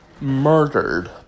murdered